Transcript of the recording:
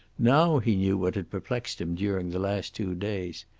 now he knew what had perplexed him during the last two days.